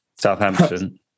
Southampton